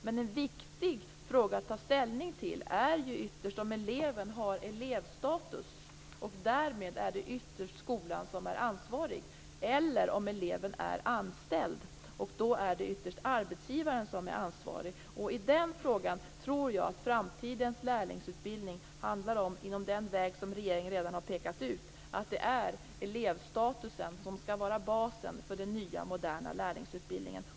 Men en viktig fråga att ta ställning till är om eleven har elevstatus och det därmed är skolan som ytterst är ansvarig, eller om eleven är anställd och det därmed är arbetsgivaren som ytterst är ansvarig. I den frågan tror jag att framtidens lärlingsutbildning handlar om, inom den väg som regeringen redan har pekat ut, att elevstatusen skall vara basen för den nya moderna lärlingsutbildningen.